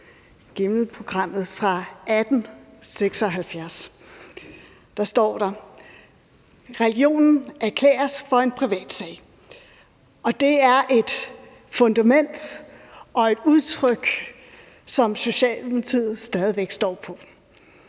Gimleprogrammet fra 1876, står der: Religionen erklæres for en privatsag. Og det er et fundament og et udtryk, som Socialdemokratiet stadig væk står på.